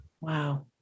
Wow